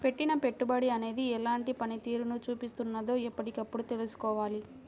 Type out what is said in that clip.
పెట్టిన పెట్టుబడి అనేది ఎలాంటి పనితీరును చూపిస్తున్నదో ఎప్పటికప్పుడు తెల్సుకోవాలి